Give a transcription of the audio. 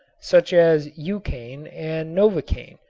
such as eucain and novocain,